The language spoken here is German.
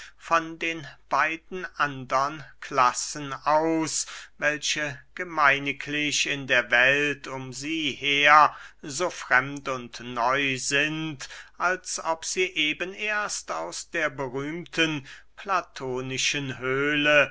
von den beiden andern klassen aus welche gemeiniglich in der welt um sie her so fremd und neu sind als ob sie eben erst aus der berühmten platonischen höhle